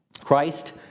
Christ